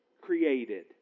created